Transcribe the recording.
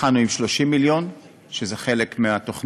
התחלנו עם 30 מיליון, שזה חלק מהתוכנית.